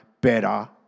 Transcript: better